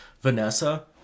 Vanessa